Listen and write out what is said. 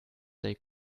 they